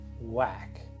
whack